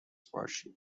باشید